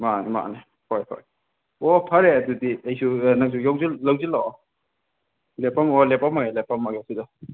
ꯃꯥꯅꯤ ꯃꯥꯅꯤ ꯍꯣꯏ ꯍꯣꯏ ꯑꯣ ꯐꯔꯦ ꯑꯗꯨꯗꯤ ꯑꯩꯁꯨ ꯅꯪꯁꯨ ꯌꯧꯁꯜ ꯌꯧꯁꯜꯂꯛꯑꯣ ꯂꯦꯞꯄꯝꯃꯣ ꯂꯦꯞꯄꯝꯃꯒꯦ ꯂꯦꯞꯄꯝꯃꯒꯦ ꯁꯤꯗ